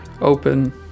open